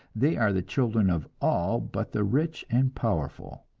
they are the children of all but the rich and powerful.